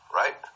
right